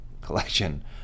collection